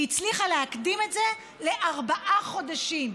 היא הצליחה להקדים את זה לארבעה חודשים,